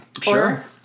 Sure